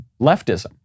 leftism